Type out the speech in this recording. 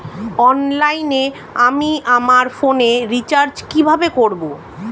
অনলাইনে আমি আমার ফোনে রিচার্জ কিভাবে করব?